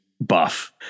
buff